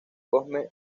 cosme